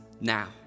now